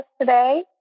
today